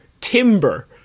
Timber